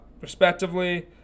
respectively